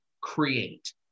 create